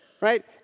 Right